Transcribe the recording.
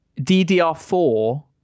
DDR4